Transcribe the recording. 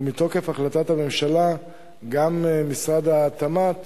ומתוקף החלטת הממשלה גם משרד התמ"ת,